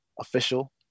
official